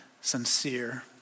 sincere